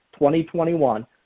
2021